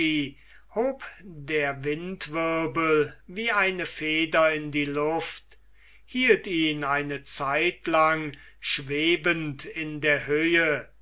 hob der windwirbel wie eine feder in die luft hielt ihn eine zeitlang schwebend in der höhe